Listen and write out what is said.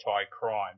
anti-crime